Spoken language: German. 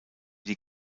die